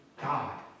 God